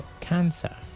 cancer